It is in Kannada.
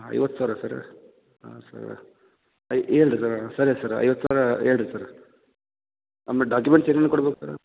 ಐವತ್ತು ಸಾವಿರ ಸರ್ ಹಾಂ ಸರ್ರ ಹೇಳ್ರಿ ಸರ ಸರಿ ಸರ ಐವತ್ತು ಸಾವಿರ ಹೇಳ್ರಿ ಸರ ಆಮೇಲೆ ಡಾಕ್ಯುಮೆಂಟ್ಸ್ ಏನೇನು ಕೊಡ್ಬೇಕು ಸರ